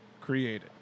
created